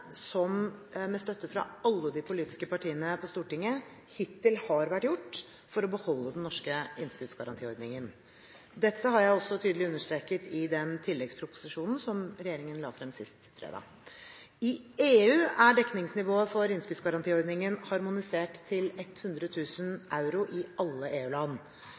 som, med støtte fra alle de politiske partiene på Stortinget, hittil har vært gjort for å beholde den norske innskuddsgarantiordningen. Dette har jeg også tydelig understreket i den tilleggsproposisjonen som regjeringen la frem sist fredag. I EU er dekningsnivået for innskuddsgarantiordningen harmonisert til 100 000 euro i alle